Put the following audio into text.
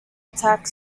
attack